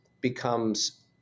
becomes